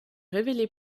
révélé